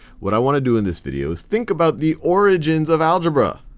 what i want to do in this video is think about the origins of algebra.